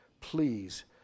please